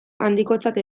handikotzat